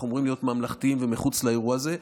אנחנו אמורים להיות ממלכתיים ומחוץ לאירוע הזה.